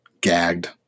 gagged